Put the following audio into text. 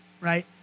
right